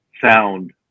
sound